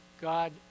God